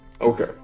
Okay